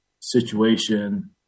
situation